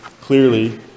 clearly